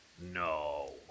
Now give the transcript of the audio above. No